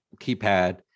keypad